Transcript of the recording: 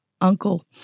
uncle